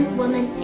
woman